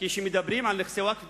כשמדברים על נכסי ווקף,